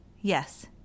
Yes